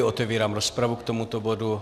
Otevírám rozpravu k tomuto bodu.